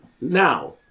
now